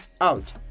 out